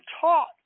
taught